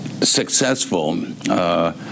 successful